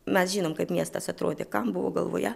mes žinom kaip miestas atrodė kam buvo galvoje